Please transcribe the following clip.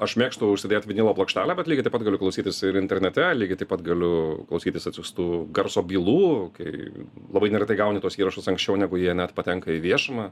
aš mėgstu užsidėt vinilo plokštelę bet lygiai taip pat galiu klausytis ir internete lygiai taip pat galiu klausytis atsiųstų garso bylų kai labai neretai gauni tuos įrašus anksčiau negu jie net patenka į viešumą